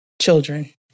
children